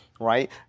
right